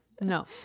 no